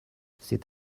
c’est